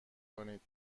کنید